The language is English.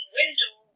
window